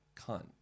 cunt